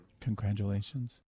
Congratulations